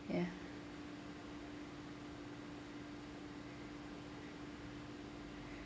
ya